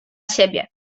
siebie